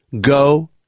go